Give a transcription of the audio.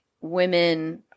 women